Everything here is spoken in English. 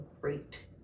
great